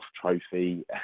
trophy